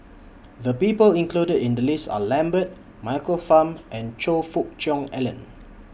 The People included in The list Are Lambert Michael Fam and Choe Fook Cheong Alan